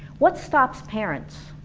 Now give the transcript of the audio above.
what stops parents